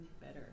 better